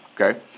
okay